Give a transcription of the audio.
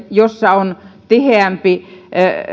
joissa on tiheämpi